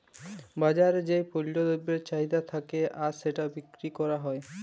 বাজারে যেই পল্য দ্রব্যের চাহিদা থাক্যে আর সেটা বিক্রি ক্যরা হ্যয়